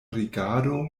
rigardo